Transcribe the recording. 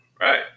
Right